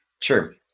Sure